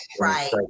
Right